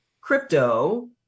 crypto